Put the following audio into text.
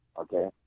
okay